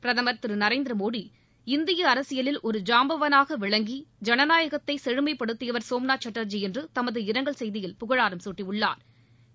பிரதம் திரு நரேந்திரமோடி இந்திய அரசியலில் ஒரு ஜாம்பவானாக விளங்கி ஜனநாயகத்தை செழுமைப்படுத்தியவா் சோம்நாத் சாட்டா்ஜி என்று தமது இரங்கல் செய்தியில் பழாரம் சூட்டியுள்ளாா்